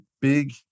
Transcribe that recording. big